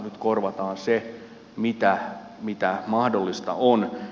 nyt korvataan se mitä mahdollista on